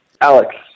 Alex